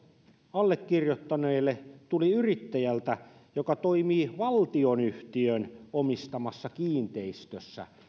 allekirjoittaneelle tuli yrittäjältä joka toimii valtionyhtiön omistamassa kiinteistössä